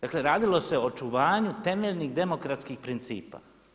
Dakle, radilo se o očuvanju temeljnih demokratskih principa.